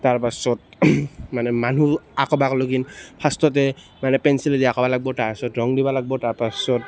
তাৰ পাছত মানে মানুহ আঁক বাঁক ফাৰ্ষ্টতে মানে পেঞ্চিলেদি আঁকিব লাগিব তাৰ পাছত ৰং দিব লাগিব তাৰ পাছত